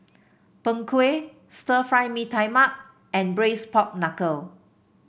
Png Kueh Stir Fry Mee Tai Mak and Braised Pork Knuckle